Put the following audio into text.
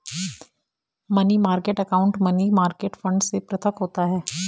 money market account money market fund से पृथक होता है